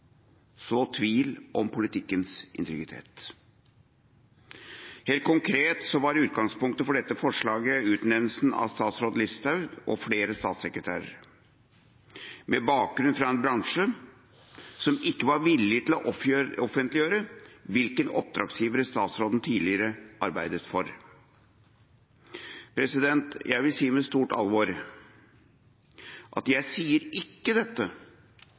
så tvil om politikkens integritet. Helt konkret var utgangspunktet for dette forslaget utnevnelsen av statsråd Listhaug – og flere statssekretærer – med bakgrunn fra en bransje som ikke var villig til å offentliggjøre hvilke oppdragsgivere statsråden tidligere arbeidet for. Jeg vil si med stort alvor at jeg sier ikke dette